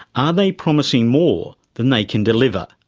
are they promising more than they can deliver,